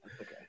Okay